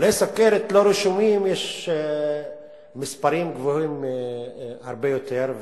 חולי סוכרת לא רשומים יש במספרים גבוהים הרבה יותר.